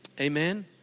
Amen